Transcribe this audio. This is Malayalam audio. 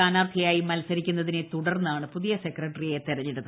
സ്ഥാനാർത്ഥിയായി മത്സരിക്കുന്നതിനെ തുടർന്നാണ് പുതിയ സെക്രട്ടറിയെ തെരഞ്ഞെടുത്തത്